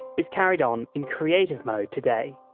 is carried on in creative mode today.